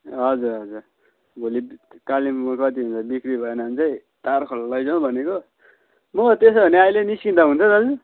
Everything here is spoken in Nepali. हजुर हजुर भोलि कालिम्पोङमा कति हुन्छ बिक्री भएन भने चाहिँ तारखोला लैजाउँ भनेको म त्यसो भए अहिले निस्कँदा हुन्छ दाजु